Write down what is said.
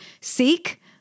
seek